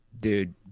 dude